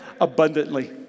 abundantly